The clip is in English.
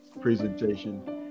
presentation